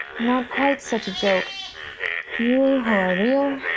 not quite such a joke you who are real,